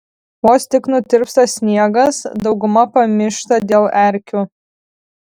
vos tik nutirpsta sniegas dauguma pamyšta dėl erkių